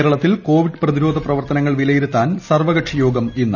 കേരളത്തിൽ കോവിഡ് പ്രതിരോധ പ്രവർത്തനങ്ങൾ വിലയിരുത്താൻ സർവ്വകക്ഷിയോഗം ഇന്ന്